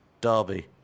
derby